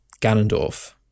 Ganondorf